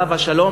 עליו השלום,